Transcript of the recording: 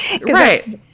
Right